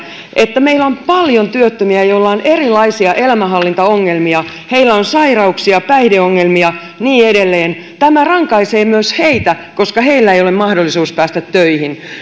että meillä paljon työttömiä joilla on erilaisia elämänhallintaongelmia heillä on sairauksia päihdeongelmia ja niin edelleen tämä rankaisee myös heitä koska heillä ei ole mahdollisuutta päästä töihin